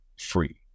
FREE